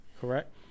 correct